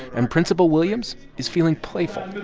and principal williams is feeling playful.